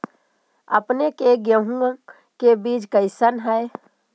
अपने के गेहूं के बीज कैसन है?